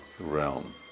realm